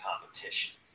competition